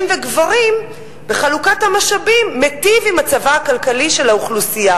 וגברים בחלוקת המשאבים מיטיב עם מצבה הכלכלי של האוכלוסייה.